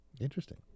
Interesting